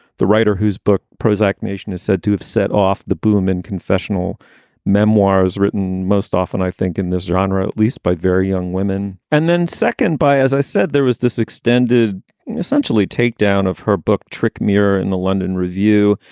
the writer whose book prozac nation is said to have set off the boom in confessional memoirs written most often, i think, in this zandra, at least by very young women. and then second by as i said, there was this extended essentially takedown of her book trick mirror in the london review.